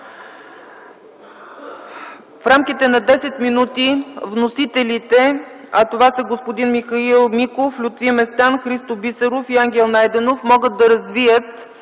В рамките на 10 мин. вносителите, а това са господин Михаил Миков, Лютви Местан, Христо Бисеров и Ангел Найденов, могат да развият